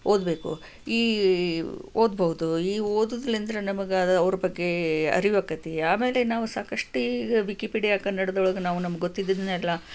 ಓದಬೇಕು ಈ ಓದ್ಬೌದು ಈ ಓದೋದ್ಲಿಂದ್ರ ನಮಗೆ ಅವ್ರ ಬಗ್ಗೆ ಅರಿವಾಕ್ಕೆತಿ ಆಮೇಲೆ ನಾವು ಸಾಕಷ್ಟು ಈಗ ವಿಕಿಪೀಡ್ಯಾ ಕನ್ನಡದೊಳಗೆ ನಾವು ನಮ್ಗೆ ಗೊತ್ತಿದ್ದದ್ದನ್ನೆಲ್ಲ